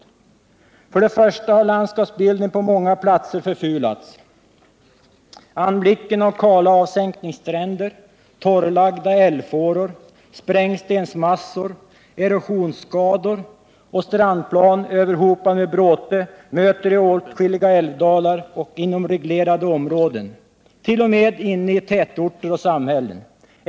Till att börja med har landskapsbilden på många platser förfulats. Anblicken av kala avsänkningsstränder, torra älvfåror, sprängstensmassor, erosionsskador och strandplan överhopade med bråte, möter en i åtskilliga älvdalar och inom reglerade områden, t.o.m. inne i tätorter och samhällen.